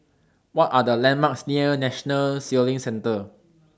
What Are The landmarks near National Sailing Centre